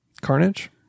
Carnage